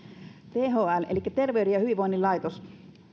thl elikkä terveyden ja hyvinvoinnin laitos